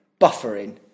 buffering